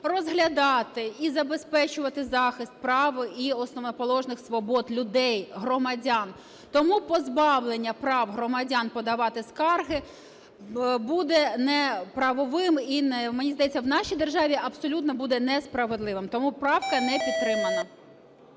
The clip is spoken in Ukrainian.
розглядати і забезпечувати захист прав і основоположних свобод людей, громадян. Тому позбавлення прав громадян подавати скарги буде неправовим і, мені здається, в нашій державі абсолютно буде несправедливим. Тому правка не підтримана.